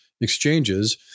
exchanges